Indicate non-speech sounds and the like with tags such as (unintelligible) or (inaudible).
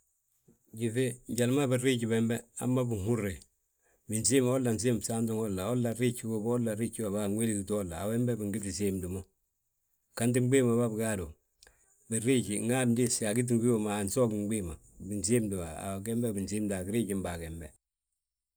Gyíŧe njali ma binriiji bembe, hamma binhúrre, binsiimi hamma binsiimi gsaanti wolla, holla nriiji góbo, holla nriiji góbo anwéligiti holla hambe bingiti siimdi mo. Ganti gbii ma bà bigaadu, binriiji, (unintelligible) ndiisti angíti ngi wii woma, ansoogi gbii ma, binsiimdi a giriijim bàa gembe.